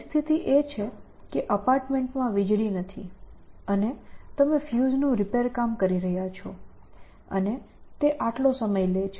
પરિસ્થિતિ એ છે કે અપાર્ટમેન્ટમાં વીજળી નથી અને તમે ફ્યુઝનું રિપેરકામ કરી રહ્યાં છો અને તે આટલો સમય લે છે